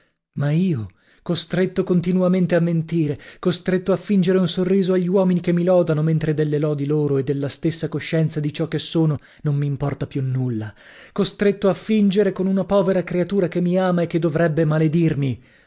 ma io costretto continuamente a mentire costretto a fingere un sorriso agli uomini che mi lodano mentre delle lodi loro e della stessa coscienza di ciò che sono non m'importa più nulla costretto a fingere con una povera creatura che mi ama e che dovrebbe maledirmi